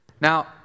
Now